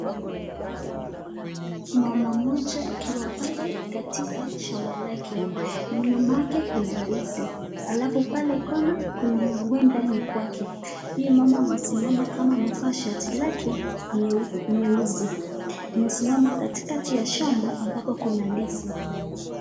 Mama mmoja akiwa pale katika shamba lake. Nyuma yake kuna ndizi. Alafu pale kona kuna huenda ni kwake. Huyu mama amesimama kama amevaa shati lake nyeusi. Amesimama katikati ya shamba ambapo kuna ndizi.